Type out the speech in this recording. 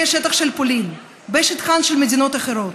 בשטח של פולין, בשטחן של מדינות אחרות,